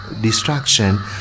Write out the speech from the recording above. destruction